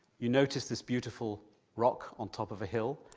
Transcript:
you notice this beautiful rock on top of a hill?